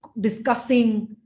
discussing